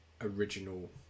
original